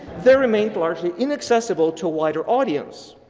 they remain largely inaccessible to wider audience.